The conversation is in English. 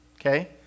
Okay